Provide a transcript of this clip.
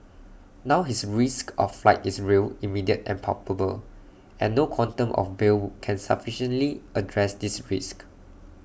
now his risk of flight is real immediate and palpable and no quantum of bail can sufficiently address this risk